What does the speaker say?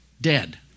dead